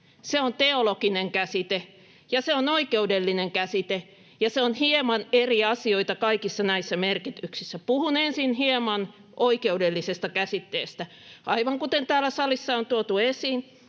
se on teologinen käsite, ja se on oikeudellinen käsite, ja se on hieman eri asioita kaikissa näissä merkityksissä. Puhun ensin hieman oikeudellisesta käsitteestä: Aivan kuten täällä salissa on tuotu esiin,